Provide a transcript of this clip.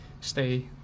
stay